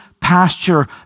pasture